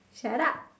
shut up